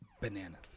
bananas